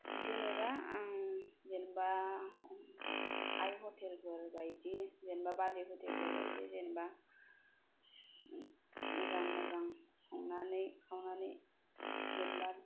जेनेबा आं जेनेबा आइ हटेलफोरबायदि जेनेबा बाजै हटेलफोरबायदि जेनेबा मोजां मोजां संनानै खावनानै जेनेबा